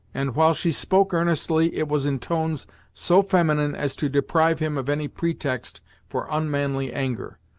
and while she spoke earnestly, it was in tones so feminine as to deprive him of any pretext for unmanly anger.